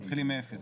מתחילים מאפס.